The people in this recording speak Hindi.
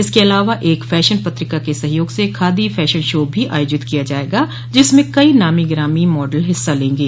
इसके अलावा एक फैशन पत्रिका के सहयोग से खादी फैशन शो भी आयोजित किया जायेगा जिसमें कई नामी गिरामी मॉडल हिस्सा लेंगे